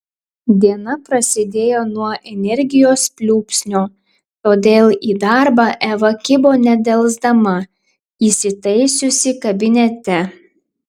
diena prasidėjo nuo energijos pliūpsnio todėl į darbą eva kibo nedelsdama įsitaisiusi kabinete